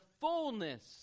fullness